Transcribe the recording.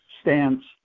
stance